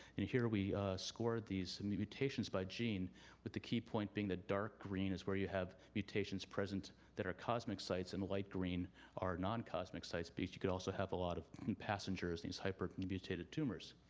and here we scored these mutations by gene with the key point being that dark green is where you have mutations present that are cosmic sites and light green are non-cosmic sites. but you could also have a lot of passengers, these hypermutated tumors.